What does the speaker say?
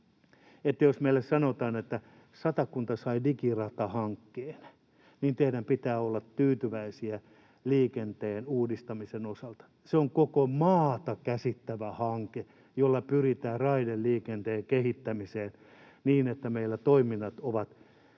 jos meille sanotaan, että kun Satakunta sai digiratahankkeen, niin teidän pitää olla tyytyväisiä liikenteen uudistamisen osalta. Se on koko maata käsittävä hanke, jolla pyritään raideliikenteen kehittämiseen niin, että meillä toiminnat ovat